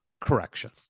correction